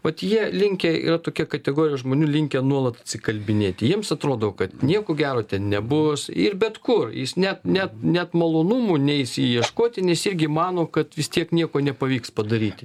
vat jie linkę yra tokia kategorija žmonių linkę nuolat atsikalbinėti jiems atrodo kad nieko gero ten nebus ir bet kur jis net net net malonumų neis ieškoti nes irgi mano kad vis tiek nieko nepavyks padaryti